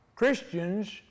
Christians